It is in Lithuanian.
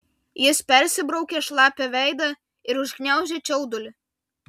jis persibraukė šlapią veidą ir užgniaužė čiaudulį